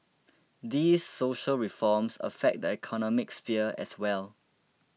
these social reforms affect the economic sphere as well